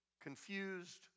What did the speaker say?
confused